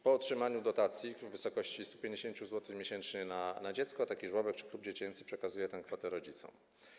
Po otrzymaniu dotacji w wysokości 150 zł miesięcznie na dziecko taki żłobek czy klub dziecięcy przekazuje tę kwotę rodzicom.